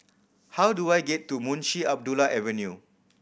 how do I get to Munshi Abdullah Avenue